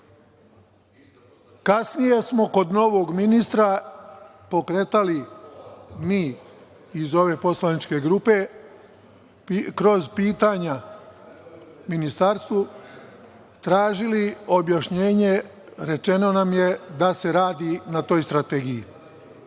Kasnije smo kod novog ministra pokretali, mi iz ove poslaničke grupe, kroz pitanja Ministarstvu tražili objašnjenje i rečeno nam je da se radi na toj strategiji. Ja